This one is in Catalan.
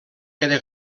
queda